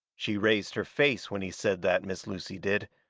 she raised her face when he said that, miss lucy did,